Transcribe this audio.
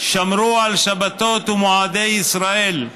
שמרו על שבתות ומועדי ישראל,